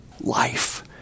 life